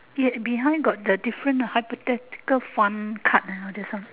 be~ behind got the different hypothetical fun card ah just now